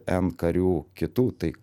n karių kitų tai